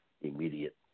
immediate